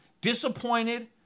disappointed